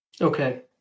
okay